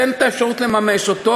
תן את האפשרות לממש אותו,